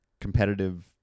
competitive